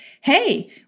hey